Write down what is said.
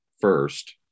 first